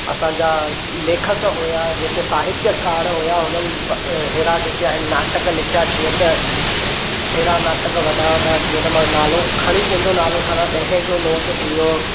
असांजा लेखक हुआ जेके साहित्यकार हुआ हुननि अहिड़ा जेके आहिनि नाटक लिखिया जीअं त अहिड़ा नाटक वॾा वॾा जीअं त मां नालो खणी कंहिंजो नालो खणा ॾह जो नोट थी वियो